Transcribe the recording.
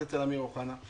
אצל אמיר אוחנה?